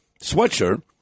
sweatshirt